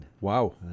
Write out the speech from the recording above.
Wow